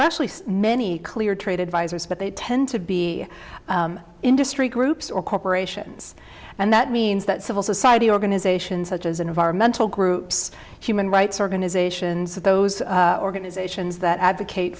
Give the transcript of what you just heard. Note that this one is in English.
actually many clear trade advisors but they tend to be industry groups or corporations and that means that civil society organizations such as environmental groups human rights organizations those organizations that advocate